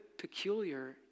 peculiar